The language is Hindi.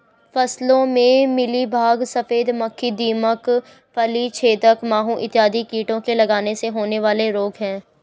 फसलों में मिलीबग, सफेद मक्खी, दीमक, फली छेदक माहू इत्यादि कीटों के लगने से होने वाले रोग हैं